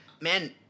man